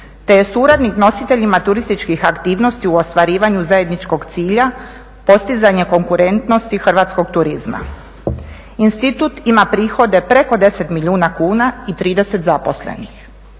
te je suradnik nositeljima turističkih aktivnosti u ostvarivanju zajedničkog cilja, postizanje konkurentnosti hrvatskog turizma. Institut ima prihode preko 10 milijuna kuna i 30 zaposlenih,